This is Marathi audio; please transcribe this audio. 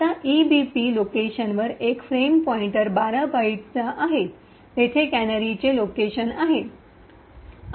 आता ईबीपी लोकेशनवर एक फ्रेम पॉईंटर 12 बाइट आहे तेथे कॅनरीचे लोकेशन आहे